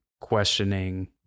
questioning